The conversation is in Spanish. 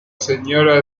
señora